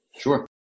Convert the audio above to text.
Sure